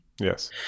Yes